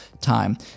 time